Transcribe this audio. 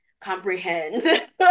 comprehend